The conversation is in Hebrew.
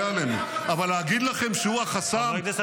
עלינו ------- אבל להגיד לכם שהוא החסם?